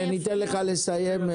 ניתן לך לסיים.